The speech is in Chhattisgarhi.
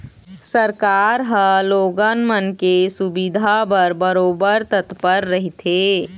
सरकार ह लोगन मन के सुबिधा बर बरोबर तत्पर रहिथे